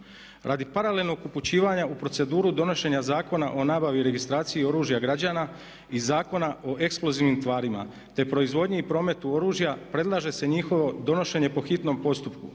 Radi paralelnog upućivanja u proceduru donošenja Zakona o nabavi i registraciji oružja građana i Zakona o eksplozivnim tvarima, te proizvodnji i prometu oružja predlaže se njihovo donošenje po hitnom postupku.